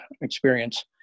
experience